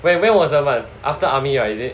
where when was [one] after army is it